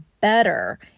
better